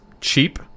cheap